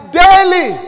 daily